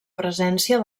presència